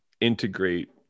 integrate